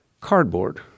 cardboard